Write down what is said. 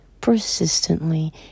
persistently